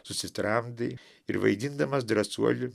susitramdai ir vaidindamas drąsuolį